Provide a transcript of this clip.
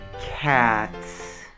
Cats